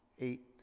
eight